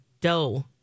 dough